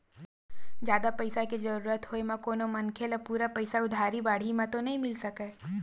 जादा पइसा के जरुरत होय म कोनो मनखे ल पूरा पइसा उधारी बाड़ही म तो नइ मिल सकय